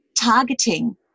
targeting